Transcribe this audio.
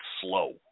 slow